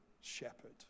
Shepherd